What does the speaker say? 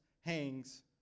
hangs